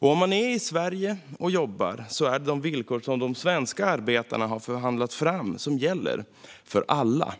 Om man är i Sverige och jobbar är det de villkor som svenska arbetare har förhandlat fram som gäller för alla.